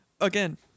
again